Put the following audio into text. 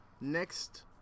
next